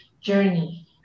journey